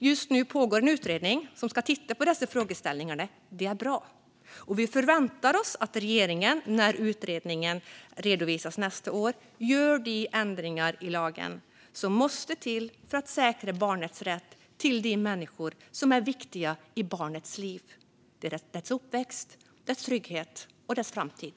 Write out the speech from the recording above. Just nu pågår en utredning som ska titta på dessa frågeställningar, och det är bra. Vi förväntar oss att regeringen när utredningen redovisas nästa år gör de ändringar i lagen som måste till för att säkra barnets rätt till de människor som är viktiga i barnets liv, uppväxt, trygghet och framtid.